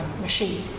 machine